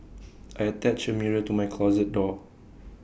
I attached A mirror to my closet door